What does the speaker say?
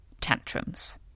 tantrums